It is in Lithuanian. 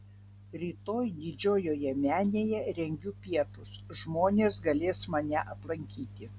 rytoj didžiojoje menėje rengiu pietus žmonės galės mane aplankyti